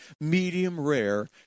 medium-rare